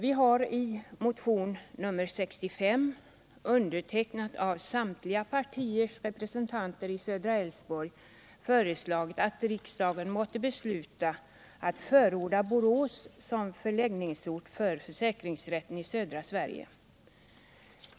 I motion nr 65, undertecknad av samtliga partiers representanter i Södra Älvsborg, föreslås att riksdagen måtte besluta att förorda Borås som förläggningsort för försäkringsrätten i södra Sverige.